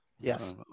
Yes